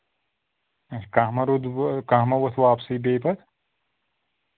کانٛہہ ما روٗدوٕ کانٛہہ ما ووٚتھ واپسٕے بیٚیہِ پَتہٕ